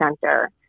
center